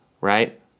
right